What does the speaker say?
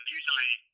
usually